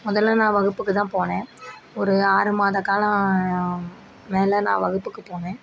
முதலில் நான் வகுப்புக்குதான் போனேன் ஒரு ஆறுமாத காலம் மேல் நான் வகுப்புக்கு போனேன்